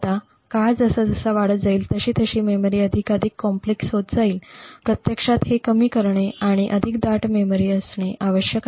आता काळ जसजसा वाढत जाईल तशी मेमरी अधिकाधिक जटिल होत जातील प्रत्यक्षात हे कमी करणे आणि अधिक दाट मेमरी असणे आवश्यक आहे